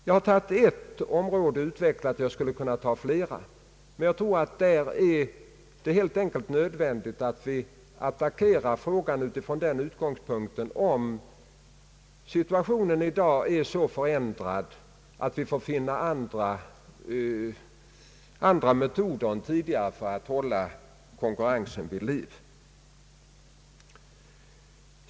Jag har nu utvecklat ett område, och jag skulle kunna beröra flera, men jag tror att inom detta område är det helt enkelt nödvändigt att attackera problemen från den utgångspunkten att situationen i dag är så förändrad att vi måste söka finna andra metoder än tidigare för att hålla konkurrensen vid liv.